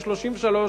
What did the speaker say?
33,